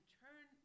turn